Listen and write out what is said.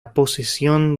posesión